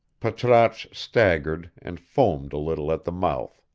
patrasche staggered and foamed a little at the mouth,